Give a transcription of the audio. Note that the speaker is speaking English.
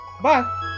Bye